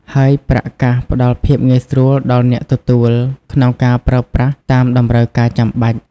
ហើយប្រាក់កាសផ្តល់ភាពងាយស្រួលដល់អ្នកទទួលក្នុងការប្រើប្រាស់តាមតម្រូវការចាំបាច់។